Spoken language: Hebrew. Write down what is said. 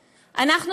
אנחנו,